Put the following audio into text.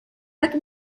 tak